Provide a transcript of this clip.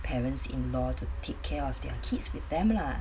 parents in law to take care of their kids with them lah